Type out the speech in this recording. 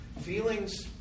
Feelings